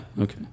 okay